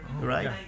right